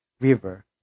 river